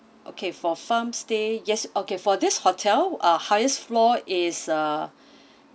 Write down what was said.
okay for farm stay yes okay for this hotel our highest floor is uh